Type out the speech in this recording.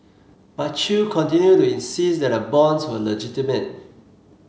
but Chew continue to insist that the bonds were legitimate